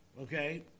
Okay